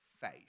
face